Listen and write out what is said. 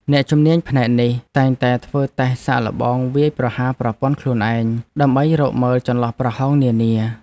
អ្នកជំនាញផ្នែកនេះតែងតែធ្វើតេស្តសាកល្បងវាយប្រហារប្រព័ន្ធខ្លួនឯង ដើម្បីរកមើលចន្លោះប្រហោងនានា។